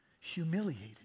humiliated